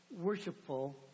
worshipful